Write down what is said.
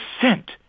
sent